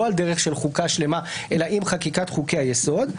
לא על דרך של חוקה שלמה אלא עם חקיקת חוקי היסוד,